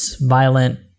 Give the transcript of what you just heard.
violent